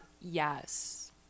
Yes